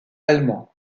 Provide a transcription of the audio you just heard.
allemand